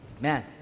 Man